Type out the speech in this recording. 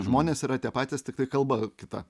žmonės yra tie patys tiktai kalba kita